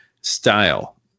style